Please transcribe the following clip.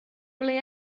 ble